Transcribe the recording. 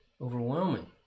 overwhelming